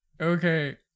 okay